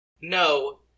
No